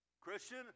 Christian